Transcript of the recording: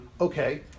Okay